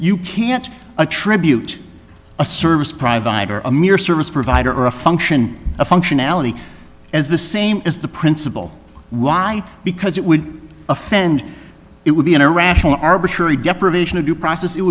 you can't attribute a service provider a mere service provider a function of functionality as the same as the principle why because it would offend it would be an irrational arbitrary deprivation of due process it